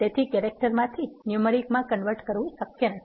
તેથી કેરેક્ટર માથી ન્યુમેરીક માં કન્વર્ટ કરવુ શક્ય નથી